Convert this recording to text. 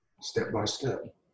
step-by-step